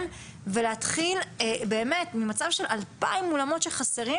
ולהתחיל באמת ממצב של 2,000 אולמות שחסרים,